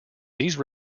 these